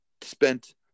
spent